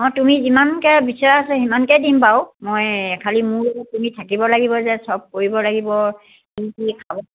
অঁ তুমি যিমানকৈ বিচৰা সেই সিমানকৈয়ে দিম বাৰু মই খালি মোৰ লগত তুমি থাকিব লাগিব যে চব কৰিব লাগিব কি কি খাব